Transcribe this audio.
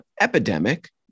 epidemic